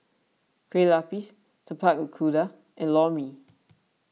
Kueh Lupis Tapak Kuda and Lor Mee